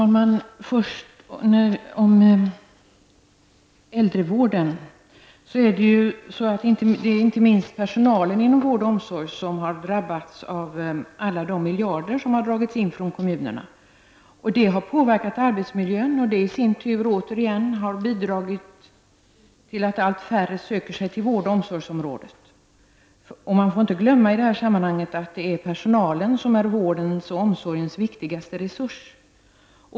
Herr talman! När det gäller äldrevården är det inte minst personalen inom vård och omsorg som har drabbats av alla de miljarder som dragits in från kommunerna. Det har påverkat arbetsmiljön, och det i sin tur har återigen bidragit till att allt färre söker sig till vård och omsorgsområdet. Man får i det här sammanhanget inte glömma att det är personalen som är vårdens och omsorgens viktigaste resurs.